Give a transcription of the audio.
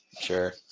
Sure